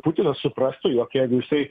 putinas suprastų jog jeigu jisai